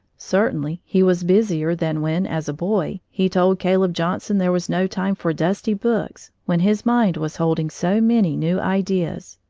certainly he was busier than when, as a boy, he told caleb johnson there was no time for dusty books when his mind was holding so many new ideas,